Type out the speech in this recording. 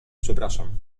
przepraszam